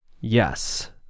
Yes